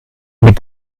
mit